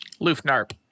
Lufnarp